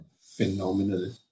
phenomenal